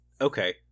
Okay